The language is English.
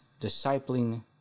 discipling